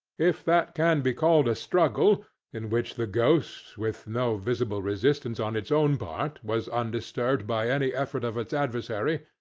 if that can be called a struggle in which the ghost with no visible resistance on its own part was undisturbed by any effort of its adversary,